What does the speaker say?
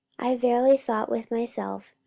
i verily thought with myself,